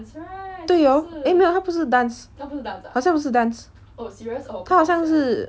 对哦 eh 没有他不是 dance 好像不是 dance 他好像是